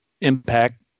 impact